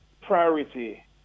priority